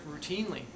routinely